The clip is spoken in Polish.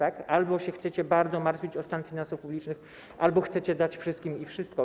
Albo się chcecie bardzo martwić o stan finansów publicznych, albo chcecie dać wszystkim i wszystko.